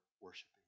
worshiping